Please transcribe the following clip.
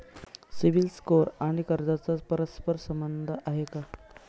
CIBIL score आणि कर्जाचा परस्पर संबंध आहे का?